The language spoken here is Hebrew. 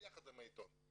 ביחד עם העיתון,